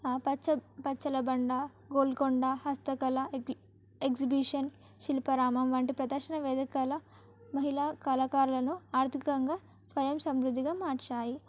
పచ్చ పచ్చల బండ గోల్కొండ హస్తకళ ఎ ఎగ్జిబిషన్ శిల్పరామం వంటి ప్రదర్శన వేదకళ మహిళా కళాకారులను ఆర్థికంగా స్వయం సమృద్ధిగా మార్చాయి